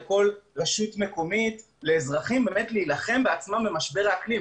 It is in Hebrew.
לכל רשות מקומית ולאזרחים להילחם בעצמם במשבר האקלים,